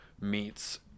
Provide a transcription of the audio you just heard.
meets